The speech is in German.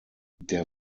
der